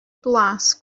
blas